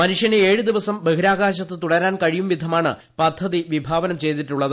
മനുഷ്യന് ഏഴ് ദിവസം ബഹിരാകാശത്ത് തുടരാൻ കഴിയും വിധമാണ് പദ്ധതി പിഭാവനം ചെയ്തിട്ടുള്ളത്